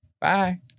Bye